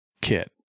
kit